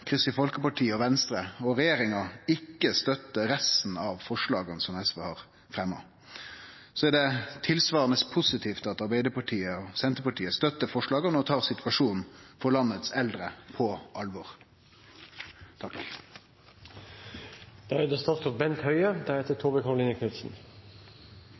Kristeleg Folkeparti og Venstre og regjeringa ikkje støttar resten av forslaga som SV har fremja, medan det er tilsvarande positivt at Arbeidarpartiet og Senterpartiet støttar forslaga og tar situasjonen for dei eldre i landet på alvor. Regjeringen er